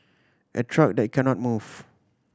a truck that cannot move